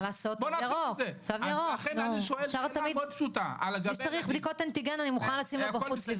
אני שואל- -- מי שצריך בדיקות אנטיגן אני יכולה לשים לו בחוץ.